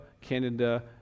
Canada